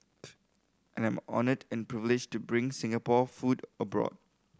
and I'm honoured and privileged to bring Singapore food abroad